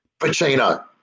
Pacino